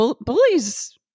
bullies